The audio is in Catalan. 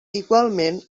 igualment